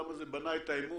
למה זה בנה את האמון